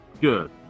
good